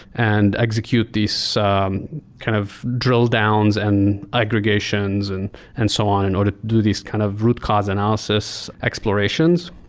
and execute these kind of drill downs and aggregations and and so on in order to do these kind of root cause analysis explorations.